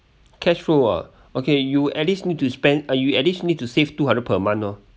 cashflow ah okay you at least need to spend uh you at least need to save two hundred per month lor